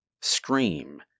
scream